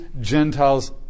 Gentiles